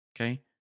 Okay